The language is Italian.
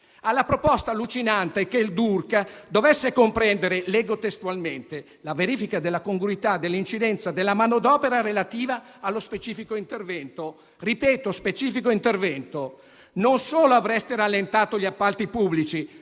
di regolarità contributiva (DURC) dovesse comprendere la verifica della congruità dell'incidenza della manodopera relativa allo specifico intervento. Ripeto: specifico intervento. Non solo avreste rallentato gli appalti pubblici,